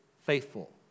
faithful